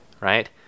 right